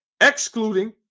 excluding